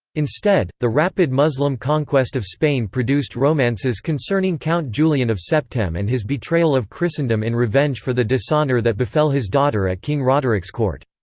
instead, the rapid muslim conquest of spain produced romances concerning count julian of septem and his betrayal of christendom in revenge for the dishonor that befell his daughter at king roderick's court.